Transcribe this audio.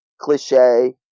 cliche